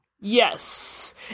Yes